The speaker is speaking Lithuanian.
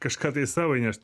kažką tai savo įnešt